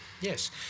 Yes